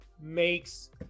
makes